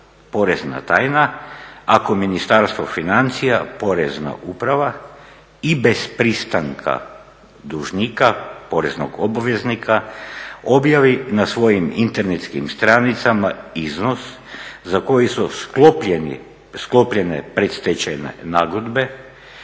porezna tajna ako Ministarstvo financija, Porezna uprava i bez pristanka dužnika, poreznog obveznika objavi na svojim internetskim stranicama iznos za koji su sklopljene predstečajne nagodbe,